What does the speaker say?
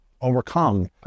overcome